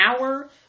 hour